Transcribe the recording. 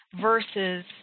versus